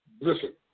Listen